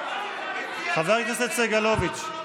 חבר הכנסת סגלוביץ'.